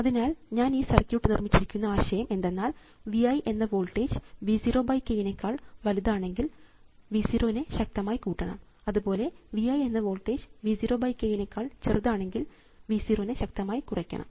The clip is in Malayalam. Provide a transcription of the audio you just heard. അതിനാൽ ഞാൻ ഈ സർക്യൂട്ട് നിർമ്മിച്ചിരിക്കുന്ന ആശയം എന്തെന്നാൽ V i എന്ന വോൾട്ടേജ് V 0 k നെക്കാൾ വലുതാണെങ്കിൽ V 0 നെ ശക്തമായി കൂട്ടണം അതുപോലെ V i എന്ന വോൾട്ടേജ് V 0 k നെക്കാൾ ചെറുതാണെങ്കിൽ V 0 നെ ശക്തമായി കുറയ്ക്കണം